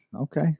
Okay